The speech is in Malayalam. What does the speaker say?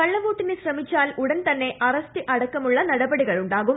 കള്ളവോട്ടിന് ശ്രമിച്ചാൽ ഉടൻ തന്നെ അറസ്റ്റ് അടക്കമുള്ള നടപടികളുണ്ടാവും